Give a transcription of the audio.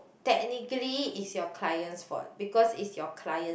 technically it's your client's fault because it's your client